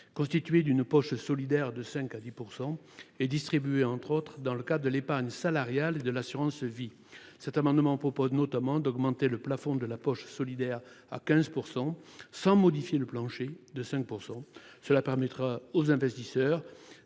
constitué d’une poche solidaire de 5 % à 10 % et distribué, entre autres, dans le cadre de l’épargne salariale et de l’assurance vie. Cet amendement tend notamment à porter le plafond de la poche solidaire à 15 %, sans modifier le plancher de 5 %. Cela permettra aux investisseurs